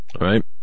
Right